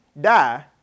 die